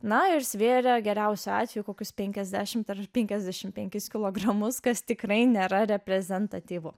na ir svėrė geriausiu atveju kokius penkiasdešimt ar penkiasdešimt penkis kilogramus kas tikrai nėra reprezentatyvu